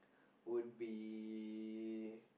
would be